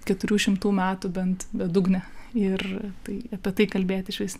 keturių šimtų metų bent bedugnę ir tai apie tai kalbėti išvis